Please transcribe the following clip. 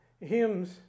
hymns